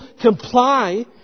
comply